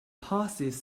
passes